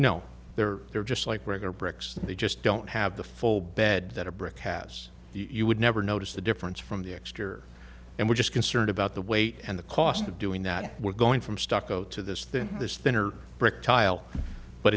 know they're there just like regular bricks they just don't have the full bed that a brick has you would never notice the difference from the exterior and we're just concerned about the weight and the cost of doing that we're going from stucco to this thing this thinner brick tile but